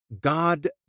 God